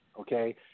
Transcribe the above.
okay